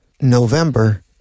November